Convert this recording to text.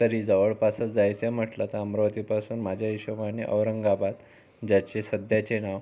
तरी जवळपासच जायचं आहे म्हटलं तर अमरावतीपासून माझ्या हिशोबाने औरंगाबाद ज्याचे सध्याचे नाव